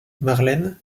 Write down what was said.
marlène